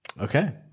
Okay